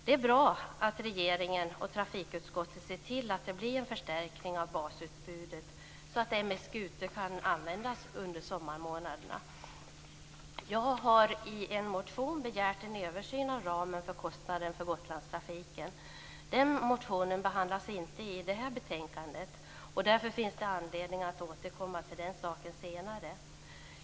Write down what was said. Det är bra att regeringen och trafikutskottet ser till att det blir en förstärkning av basutbudet, så att M/S Gute kan användas under sommarmånaderna. Jag har i en motion begärt en översyn av ramen för kostnaden för Gotlandstrafiken. Den motionen behandlas inte i detta betänkande, och därför finns det anledning att återkomma till den saken senare.